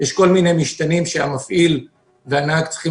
יש כל מיני משתנים שהמפעיל והנהג צריכים